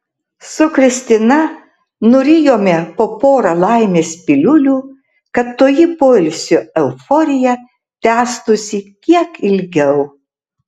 su kristina nurijome po porą laimės piliulių kad toji poilsio euforija tęstųsi kiek ilgiau